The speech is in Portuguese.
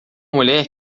mulher